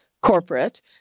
corporate